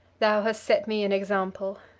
thou hast set me an example.